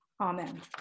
Amen